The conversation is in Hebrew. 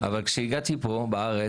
אבל כשהיא הגעתי פה לארץ,